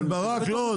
בן ברק, לא.